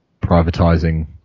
privatising